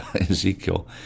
Ezekiel